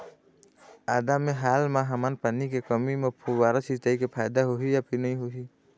आदा मे हाल मा हमन पानी के कमी म फुब्बारा सिचाई मे फायदा होही या फिर नई होही?